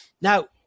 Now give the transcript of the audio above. Now